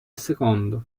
secondo